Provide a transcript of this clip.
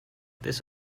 this